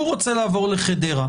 הוא רוצה לעבור לחדרה.